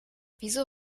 wieso